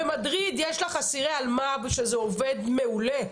במדריד יש לך אסירי אלמ"ב שזה עובד מעולה.